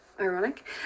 Ironic